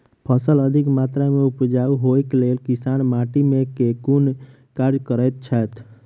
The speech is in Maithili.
फसल अधिक मात्रा मे उपजाउ होइक लेल किसान माटि मे केँ कुन कार्य करैत छैथ?